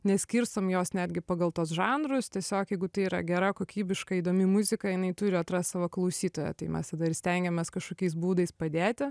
neskirstom jos netgi pagal tuos žanrus tiesiog jeigu tai yra gera kokybiška įdomi muzika jinai turi atrast savo klausytoją tai mes tada ir stengiamės kažkokiais būdais padėti